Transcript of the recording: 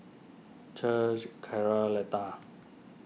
Chet Cara Letta